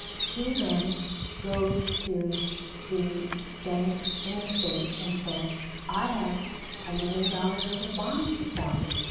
he then goes to the banks in the state and says i have ten million dollars worth of bonds to sell you.